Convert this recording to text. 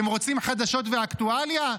אתם רוצים חדשות ואקטואליה?